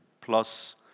plus